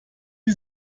die